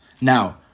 Now